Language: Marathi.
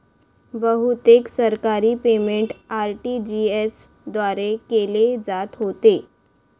बहुतेक सरकारी पेमेंट आर.टी.जी.एस द्वारे केले जात होते